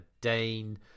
Dane